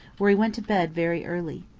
where he went to bed very early.